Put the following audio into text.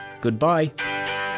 goodbye